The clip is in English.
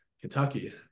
Kentucky